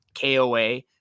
KOA